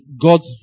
God's